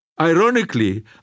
Ironically